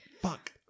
fuck